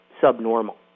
subnormal